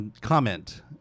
comment